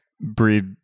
breed